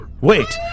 Wait